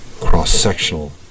cross-sectional